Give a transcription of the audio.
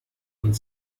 und